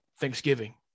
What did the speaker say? Thanksgiving